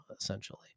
essentially